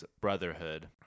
Brotherhood